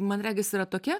man regis yra tokia